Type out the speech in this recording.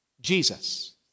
Jesus